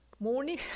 Morning